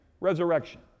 resurrection